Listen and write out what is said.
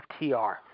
FTR